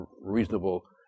reasonable